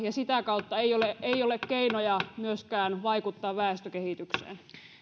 ja sitä kautta ei ole ei ole myöskään keinoja vaikuttaa väestökehitykseen